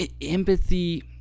empathy